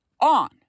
on